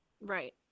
Right